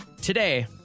Today